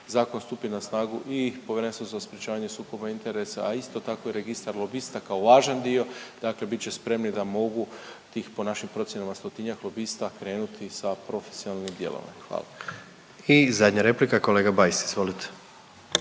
zakon stupi na snagu i Povjerenstvo za sprječavanje sukoba interesa, a isto tako i registar lobista kao važan dio, dakle bit će spremni da mogu tih po našim procjenama 100-tinjak lobista krenuti sa profesionalnim djelovanjem. Hvala. **Jandroković, Gordan